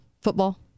football